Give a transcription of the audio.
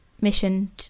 mission